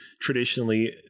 traditionally